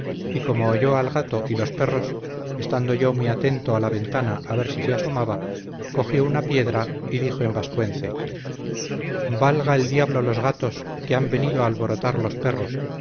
y como oyó al gato y los perros estando yo muy atento a la ventana a ver si se asomaba cogió una piedra y dijo en vascuence valga el diablo los gatos que han venido a alborotar los perros